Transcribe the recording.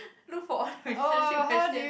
look for one relationship question